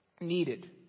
needed